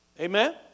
Amen